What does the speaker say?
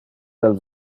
del